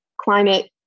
climate